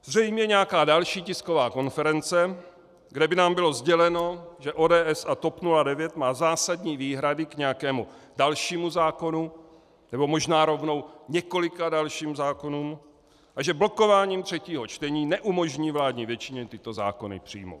Zřejmě nějaká další tisková konference, kde by nám bylo sděleno, že ODS a TOP 09 má zásadní výhrady k nějakému dalšímu zákonu, nebo možná rovnou několika dalším zákonům, a že blokováním třetího čtení neumožní vládní většině tyto zákony přijmout.